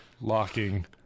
locking